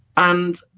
and